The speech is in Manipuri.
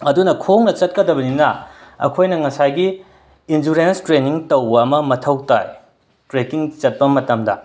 ꯑꯗꯨꯅ ꯈꯣꯡꯅ ꯆꯠꯀꯗꯕꯅꯤꯅ ꯑꯩꯈꯣꯏꯅ ꯉꯁꯥꯏꯒꯤ ꯏꯟꯗꯨꯔꯦꯟꯁ ꯇ꯭ꯔꯦꯅꯤꯡ ꯇꯧꯕ ꯑꯃ ꯃꯊꯧ ꯇꯥꯏ ꯇ꯭ꯔꯦꯛꯀꯤꯡ ꯆꯠꯄ ꯃꯇꯝꯗ